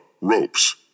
ropes